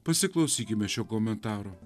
pasiklausykime šio komentaro